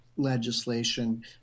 legislation